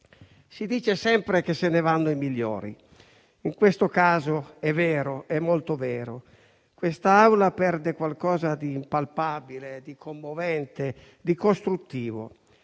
Si dice sempre che se ne vanno i migliori. In questo caso è proprio vero. Questa Assemblea perde qualcosa di impalpabile, di commovente e di costruttivo.